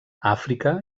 àfrica